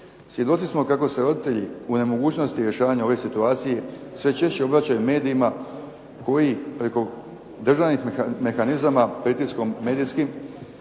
Svjedoci smo kako se roditelji u nemogućnosti rješavanja ove situacije sve češće obraćaju medijima koji preko državnih mehanizama pritiskom medijskim